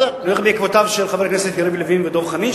הולך בעקבותיו של חברי הכנסת יריב לוין ודב חנין,